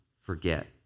forget